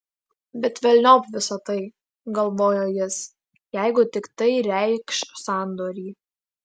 bet velniop visa tai galvojo jis jeigu tik tai reikš sandorį